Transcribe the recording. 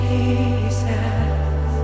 Jesus